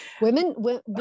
Women